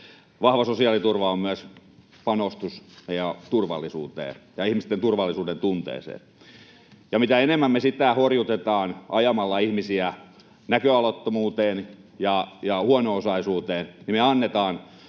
vahva sosiaaliturva on myös panostus turvallisuuteen ja ihmisten turvallisuudentunteeseen, ja mitä enemmän me sitä horjutetaan ajamalla ihmisiä näköalattomuuteen ja huono-osaisuuteen, me annetaan